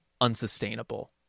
unsustainable